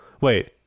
Wait